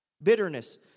Bitterness